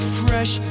fresh